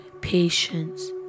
patience